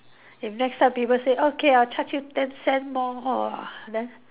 if next time people say okay I'll charge you ten cent more then